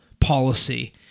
policy